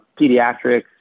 pediatrics